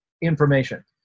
information